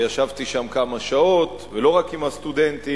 וישבתי שם כמה שעות, ולא רק עם הסטודנטים,